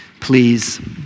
Please